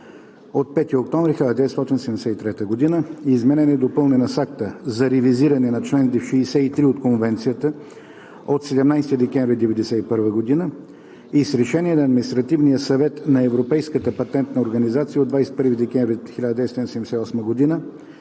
от 5 октомври 1973 г., изменена и допълнена с Акта за ревизиране на чл. 63 от конвенцията от 17 декември 1991 г. и с решения на Административния съвет на Европейската патентна организация от 21 декември 1978 г.,